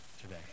today